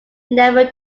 never